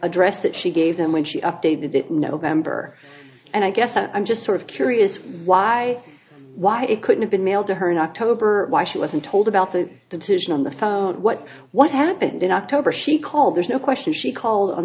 address that she gave them when she updated it november and i guess i'm just sort of curious why why it couldn't have been mailed to her in october why she wasn't told about the the decision on the phone what what happened in october she called there's no question she called on